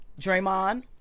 Draymond